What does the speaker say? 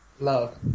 love